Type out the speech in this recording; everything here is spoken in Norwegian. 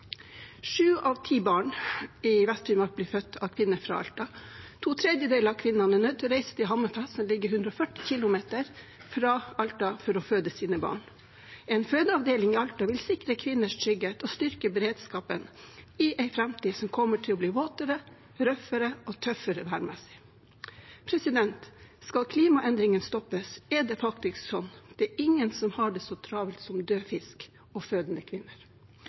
Sju av ti barn i Vest-Finnmark blir født av kvinner fra Alta. To tredjedeler av kvinnene er nødt til å reise til Hammerfest som ligger 140 km fra Alta, for å føde sine barn. En fødeavdeling i Alta vil sikre kvinners trygghet og styrke beredskapen i en framtid som kommer til å bli våtere, røffere og tøffere værmessig. Skal klimaendringene stoppes, er det faktisk sånn at det er ingen som har det så travelt som en død fisk og fødende kvinner.